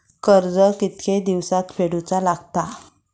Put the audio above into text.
कर्ज कितके दिवसात फेडूचा लागता?